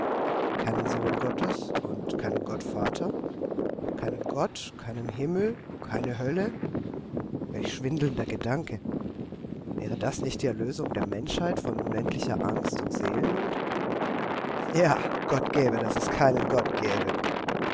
keinen sohn gottes und keinen gott vater keinen gott keinen himmel keine hölle welch schwindelnder gedanke wäre das nicht die erlösung der menschheit von unendlicher angst und seelennot ja gott gebe daß es keinen gott gäbe